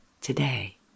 today